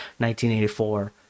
1984